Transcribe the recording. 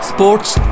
Sports